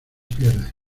pierde